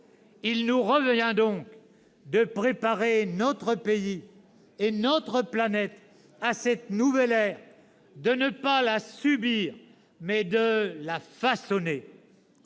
Il nous revient donc de préparer notre pays et notre planète à cette nouvelle ère, afin de ne pas la subir mais de la façonner.